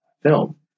film